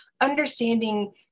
understanding